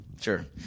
sure